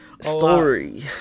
Story